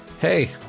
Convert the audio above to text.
hey